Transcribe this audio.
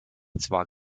zwar